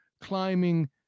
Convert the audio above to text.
climbing